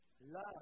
love